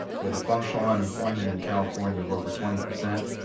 with a functional unemployment in california of over twenty percent,